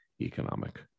economic